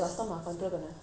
he's very difficult